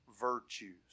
virtues